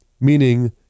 Meaning